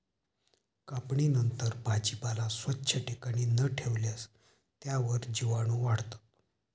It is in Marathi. कापणीनंतर भाजीपाला स्वच्छ ठिकाणी न ठेवल्यास त्यावर जीवाणूवाढतात